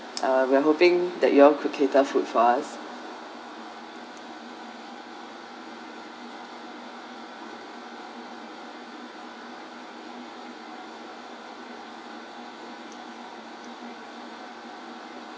uh we are hoping that you all could cater food for us